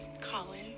Colin